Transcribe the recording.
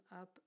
up